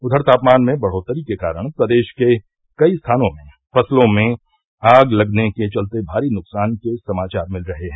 उधर तापमान में बढ़ोत्तरी के कारण प्रदेश के कई स्थानों में फसलों में आग लगने के चलते भारी नुकसान के समाचार मिल रहे है